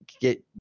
get